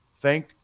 Thank